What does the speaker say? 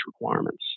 requirements